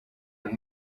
and